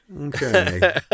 Okay